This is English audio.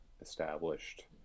established